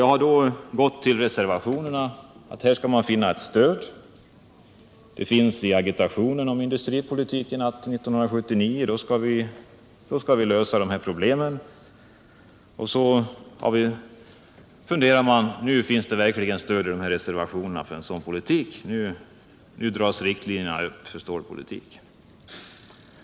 Jag har då gått till reservationerna för att finna ett stöd. Det sägs i agitationen om industripolitiken att 1979 skall vi lösa de här problemen. Då tror man: Nu finns det verkligen stöd i reservationerna för en sådan politik, nu dras riktlinjerna upp för stålpolitiken!